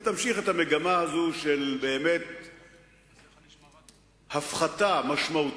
לוקחים את אוכלוסיית הוותיקים ברשויות המקומיות